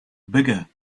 bigger